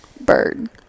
bird